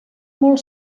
molt